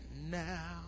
now